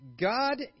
God